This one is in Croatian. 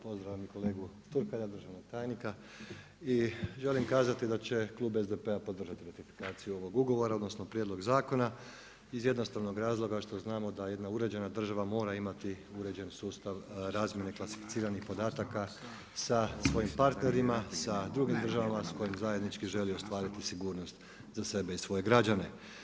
Pozdravlja i kolegu Turkalja, državnog tajnika i želim kazati da će klub SDP-a podržati ratifikaciju ovog ugovora odnosno prijedlog zakona iz jednostavnog razloga što znamo da jedna uređena država mora imati uređeni sustav razmjene klasificiranih podataka sa svojim partnerima sa drugim državama s kojima zajednički želi ostvariti sigurnost za sebe i svoje građane.